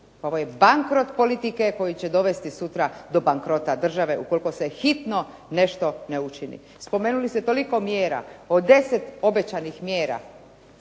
Ovo je bankrot politike koji će dovesti sutra do bankrota države ukoliko se hitno nešto ne učini. Spomenuli ste toliko mjera. Od 10 obećanih mjera